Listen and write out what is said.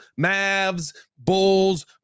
Mavs-Bulls